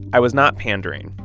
i was not pandering.